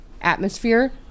atmosphere